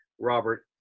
Robert